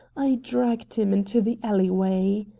i dragged him into the alleyway.